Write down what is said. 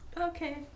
Okay